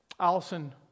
Allison